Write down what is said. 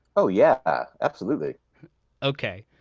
oh, yeah, absolutely ok,